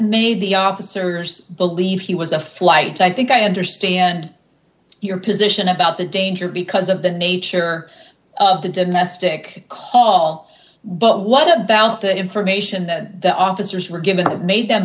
made the officers believe he was a flight so i think i understand your position about the danger because of the nature of the domestic call but what about the information that the officers were given that made them